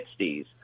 1960s